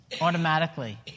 automatically